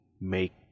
make